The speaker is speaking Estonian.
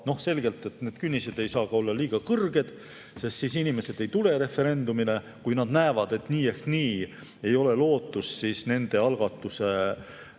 on selge, et need künnised ei saa ka olla liiga kõrged, sest inimesed ei tule referendumile, kui nad näevad, et nii ehk naa ei ole lootust, et nende algatus